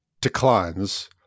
declines